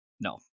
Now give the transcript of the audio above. no